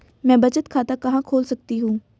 मैं बचत खाता कहां खोल सकती हूँ?